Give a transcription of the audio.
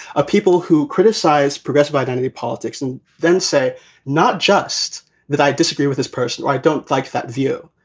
of people who criticize progressive identity politics and then say not just that i disagree with this person. i don't like that view.